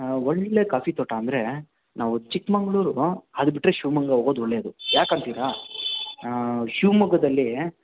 ಒಳ್ಳೆಯ ಕಾಫಿ ತೋಟ ಅಂದರೆ ನಾವು ಚಿಕ್ಕಮಗ್ಳೂರು ಅದು ಬಿಟ್ಟರೆ ಶಿವಮೊಗ್ಗ ಹೋಗೋದು ಒಳ್ಳೆಯದು ಯಾಕಂತೀರ ಶಿವಮೊಗ್ಗದಲ್ಲಿ